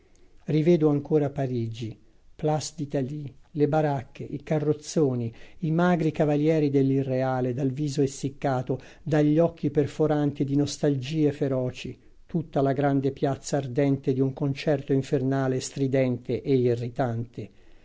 rivedo ancora parigi place d'italie le baracche i carrozzoni i magri cavalieri dell'irreale dal viso essiccato dagli occhi perforanti di nostalgie feroci tutta la grande piazza ardente di un concerto infernale stridente e irritante